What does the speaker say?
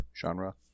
genre